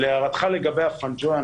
להערתך לגבי הפאנג'ויה,